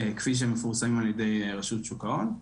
כפי שהם מפורסמים על ידי רשות שוק ההון.